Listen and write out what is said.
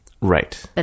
Right